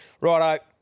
Righto